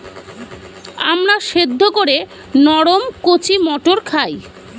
আমরা সেদ্ধ করে নরম কচি মটর খাই